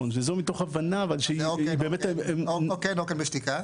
או כן בשתיקה.